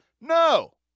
No